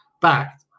back